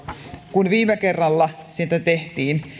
kun viime kerralla sitä tehtiin